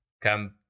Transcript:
Come